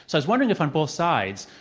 so was wondering if, on both sides,